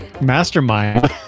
Mastermind